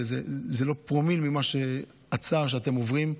זה לא פרומיל מהצער שאתם עוברים,